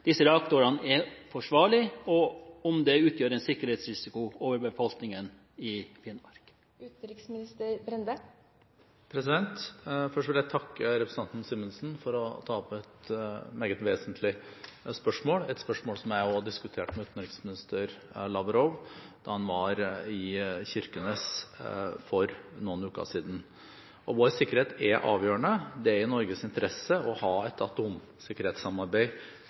utgjør en sikkerhetsrisiko overfor befolkningen i Finnmark.» Først vil jeg takke representanten Simensen for å ta opp et meget vesentlig spørsmål – et spørsmål som jeg også diskuterte med utenriksminister Lavrov da han var i Kirkenes for noen uker siden. Vår sikkerhet er avgjørende. Det er i Norges interesse å ha et